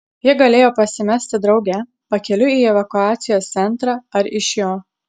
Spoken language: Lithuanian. jie galėjo pasimesti drauge pakeliui į evakuacijos centrą ar iš jo